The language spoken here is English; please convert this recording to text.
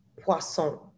poisson